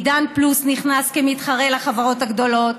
עידן פלוס נכנס כמתחרה לחברות הגדולות